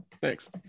Thanks